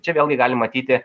čia vėlgi galim matyti